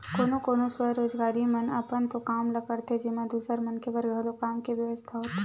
कोनो कोनो स्वरोजगारी मन अपन तो काम ल करथे जेमा दूसर मनखे बर घलो काम के बेवस्था होथे